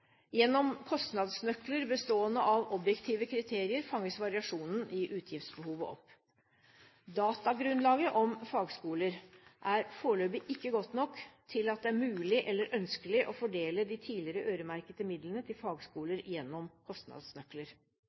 Gjennom kostnadsnøkler bestående av objektive kriterier fanges variasjonen i utgiftsbehovet opp. Datagrunnlaget når det gjelder fagskoler, er foreløpig ikke godt nok til at det er mulig eller ønskelig å fordele de tidligere øremerkede midlene til fagskoler gjennom kostnadsnøkler.